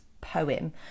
poem